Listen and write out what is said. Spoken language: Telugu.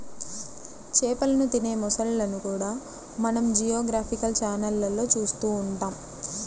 చేపలను తినే మొసళ్ళను కూడా మనం జియోగ్రాఫికల్ ఛానళ్లలో చూస్తూ ఉంటాం